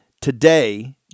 Today